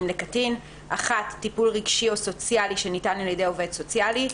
לקטין: (1)טיפול רגשי או סוציאלי שניתן על ידי עובד סוציאלי,